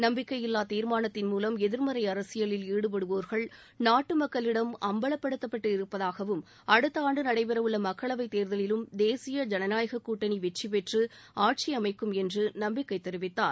நம்பிக்கையில்லா தீர்மானத்தின் மூலம் எதிர்மறை அரசியலில் ஈடுபடுவோர்கள் நாட்டு மக்களிடம் அம்பலப்படுத்தபட்டு இருப்பதாகவும் அடுத்த ஆண்டு நடைபெறவுள்ள மக்களவைத் தேர்தலிலும் தேசிய ஜனநாயக கூட்டணி வெற்றிபெற்று ஆட்சியமைக்கும் என்று நம்பிக்கை தெரிவித்தார்